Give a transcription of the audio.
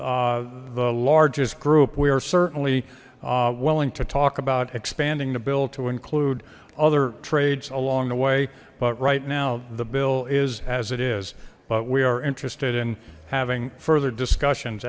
the the largest group we are certainly willing to talk about expanding the bill to include other trades along the way but right now the bill is as it is but we are interested in having further discussions